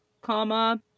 comma